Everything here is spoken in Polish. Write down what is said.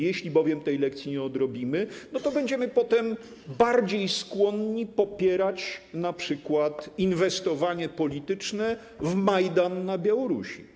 Jeśli bowiem tej lekcji nie odrobimy, to będziemy potem bardziej skłonni popierać np. inwestowanie polityczne w Majdan na Białorusi.